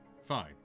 fine